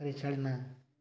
ପରିଚାଳନା